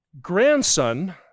grandson